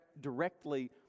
directly